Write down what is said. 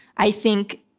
i think,